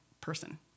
person